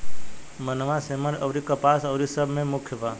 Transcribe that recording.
मनवा, सेमर अउरी कपास अउरी सब मे मुख्य बा